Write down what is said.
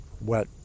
wet